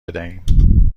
بدهیم